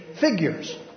figures